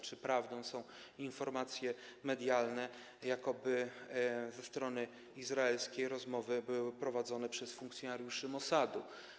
Czy prawdziwe są informacje medialne, jakoby ze strony izraelskiej rozmowy były prowadzone przez funkcjonariuszy Mosadu?